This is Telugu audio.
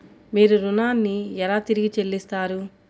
మీరు ఋణాన్ని ఎలా తిరిగి చెల్లిస్తారు?